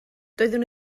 doeddwn